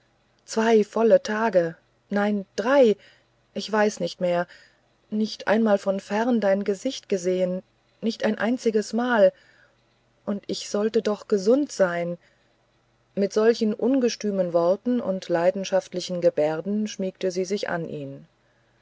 zwei volle tage nein drei ich weiß nicht mehr nicht einmal von fern dein gesicht gesehen nicht ein einziges mal und ich sollte noch gesund sein mit solchen ungestümen worten und leidenschaftlichen gebärden schmiegte sie sich an ihn